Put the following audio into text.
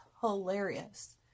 hilarious